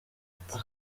ati